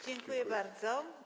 Dziękuję bardzo.